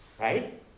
right